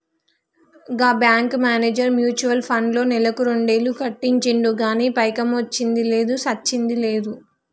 గా bank manager mutual ఫండ్లో నెలకు రెండేలు కట్టించిండు గానీ పైకమొచ్చ్చింది లేదు, సచ్చింది లేదు